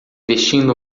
vestindo